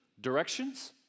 directions